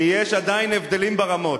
כי יש עדיין הבדלים ברמות.